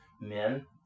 Men